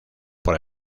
por